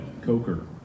Coker